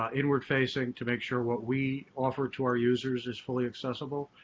ah inward facing to make sure what we offer to our users is fully accessible.